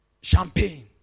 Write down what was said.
champagne